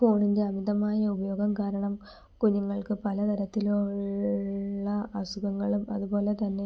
ഫോണിൻ്റെ അമിതമായ ഉപയോഗം കാരണം കുഞ്ഞുങ്ങൾക്ക് പലതരത്തിലുള്ള അസുഖങ്ങൾ അതുപോലെത്തന്നെ